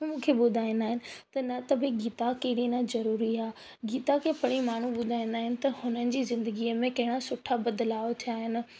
हू मूंखे ॿुधाईंदा आहिनि त न त भई गीता कहिड़ी न ज़रूरी आहे गीता खे पढ़ी माण्हू ॿुधाईंदा आहिनि त हुननि जी ज़िंदगीअ में कहिड़ा सुठा बदिलाउ थिया आहिनि